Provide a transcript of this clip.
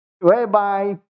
whereby